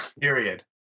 Period